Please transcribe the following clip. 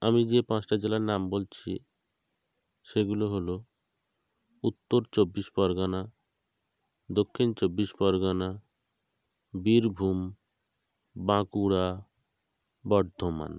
আমি যে পাঁচটা জেলার নাম বলছি সেগুলো হলো উত্তর চব্বিশ পরগনা দক্ষিণ চব্বিশ পরগনা বীরভূম বাঁকুড়া বর্ধমান